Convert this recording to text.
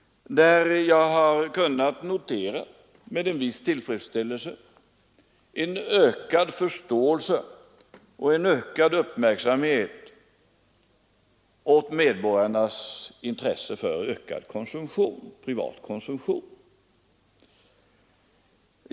Jag har med viss tillfredsställelse kunnat notera en ökad förståelse och ökad uppmärksamhet när det gäller medborgarnas intresse för ökad privat konsumtion.